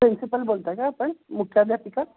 principal बोलत आहे का आपण मुख्याध्यापिका